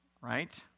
right